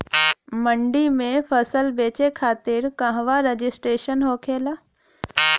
मंडी में फसल बेचे खातिर कहवा रजिस्ट्रेशन होखेला?